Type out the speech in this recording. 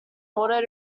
order